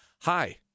hi